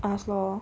ask loh